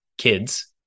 kids